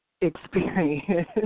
experience